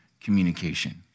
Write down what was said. communication